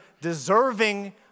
deserving